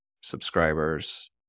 subscribers